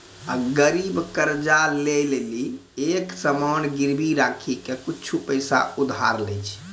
गरीब कर्जा ले लेली एक सामान गिरबी राखी के कुछु पैसा उधार लै छै